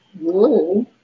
Whoa